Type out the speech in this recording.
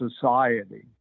society